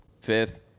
fifth